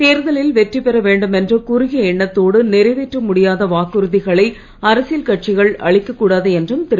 தேர்தவில் வெற்றிபெற வேண்டுமென்ற குறுகிய எண்ணத்தோடு நிறைவேற்ற முடியாத வாக்குறுதிகளை அரசியல் கட்சிகளை அளிக்கக்கூடாது என்றும் திரு